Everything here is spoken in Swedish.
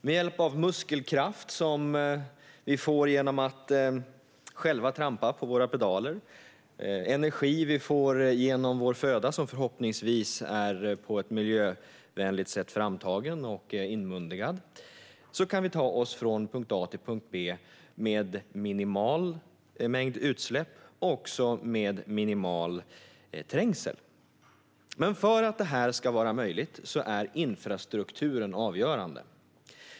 Med hjälp av muskelkraft, som vi får genom att själva trampa på våra pedaler, och energi, som vi får genom vår föda som förhoppningsvis är framställd på ett miljövänligt sätt, kan vi ta oss från punkt A till punkt B med en minimal mängd utsläpp och med minimal trängsel. För att detta ska vara möjligt är infrastrukturen avgörande.